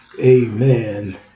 Amen